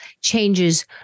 changes